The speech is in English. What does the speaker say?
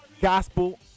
gospel